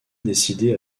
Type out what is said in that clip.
décidé